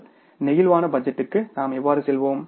flexible பட்ஜெட்டுக்கு நாம் எவ்வாறு செல்வோம்